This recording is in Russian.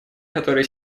которые